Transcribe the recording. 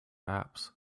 apps